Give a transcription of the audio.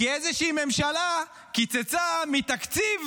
כי איזושהי ממשלה קיצצה מתקציב